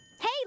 Hey